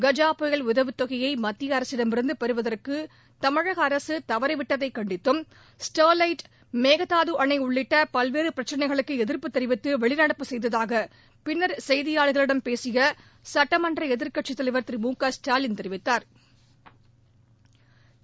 கஜ புயல் உதவித்தொகையை மத்திய அரசிடமிருந்து பெறுவதற்கு தமிழக அரசு தவறியதைக் கண்டித்தும் ஸ்டெர்லைட் மேகதாது அணை உள்ளிட்ட பல்வேறு பிரச்சினைகளுக்கு எதிா்ப்பு தெரிவித்து வெளிநடப்பு செய்ததாக பின்னர் செய்தியாளர்களிடம் பேசிய சுட்டமன்ற எதிர்க்கட்சித் தலைவர் திரு மு க ஸ்டாலின் தெரிவித்தாா்